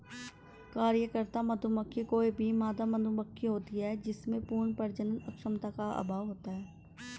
कार्यकर्ता मधुमक्खी कोई भी मादा मधुमक्खी होती है जिसमें पूर्ण प्रजनन क्षमता का अभाव होता है